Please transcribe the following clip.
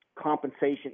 compensation